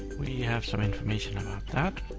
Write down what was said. we have some information about that.